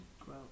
grow